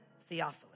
Theophilus